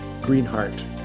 Greenheart